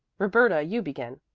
roberta, you begin.